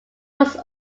was